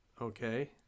Okay